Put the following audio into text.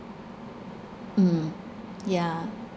mm yeah